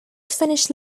finish